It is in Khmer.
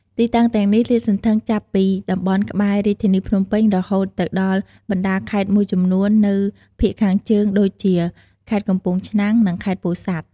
ទីតាំងទាំងនេះលាតសន្ធឹងចាប់ពីតំបន់ក្បែរ រាជធានីភ្នំពេញ រហូតទៅដល់បណ្តាខេត្តមួយចំនួននៅភាគខាងជើងដូចជា ខេត្តកំពង់ឆ្នាំង និង ខេត្តពោធិ៍សាត់។